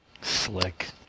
Slick